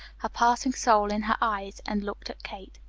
her passing soul in her eyes, and looked at kate.